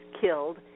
killed